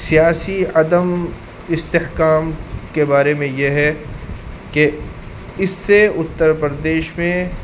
سیاسی عدم استحکام کے بارے میں یہ ہے کہ اس سے اتر پردیش میں